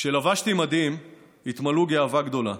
כשלבשתי מדים הם התמלאו גאווה גדולה.